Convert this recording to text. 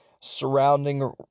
surrounding